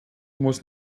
muss